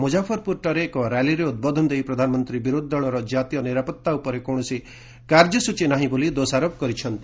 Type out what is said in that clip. ମୁକ୍ରାଫରପୁରଠାରେ ଏକ ର୍ୟାଲିରେ ଉଦ୍ବୋଧନ ଦେଇ ପ୍ରଧାନମନ୍ତ୍ରୀ ବିରୋଧୀ ଦଳର ଜାତୀୟ ନିରାପତ୍ତା ଉପରେ କୌଣସି କାର୍ଯ୍ୟସ୍ଟଚୀ ନାହିଁ ବୋଲି ଦୋଷାରୋପ କରିଛନ୍ତି